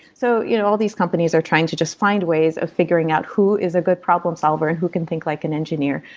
so you know all these companies are trying to just find ways of figuring out who is a good problem solver and who can think like an engineer.